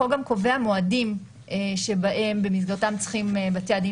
החוק גם קובע מועדים שבמסגרתם צריכים בתי הדין